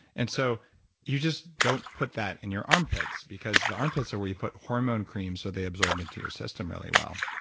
and so you just don't put that in your armpits because the armpits are where you put hormone cream so they absorb into your system really well.